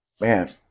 Man